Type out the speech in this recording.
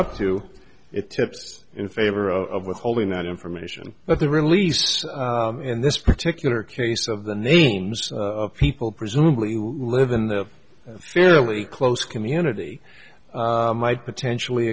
up to it tips in favor of withholding that information but the release in this particular case of the names of people presumably live in the fairly close community might potentially